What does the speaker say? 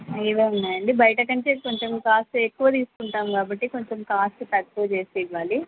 ఇవే ఉన్నాయండి బయట కంటే కొంచెం కాస్త ఎక్కువ తీసుకుంటాం కాబట్టి కొంచెం కాస్ట్ తక్కువ చేసి ఇవ్వాలి